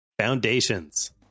Foundations